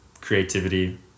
creativity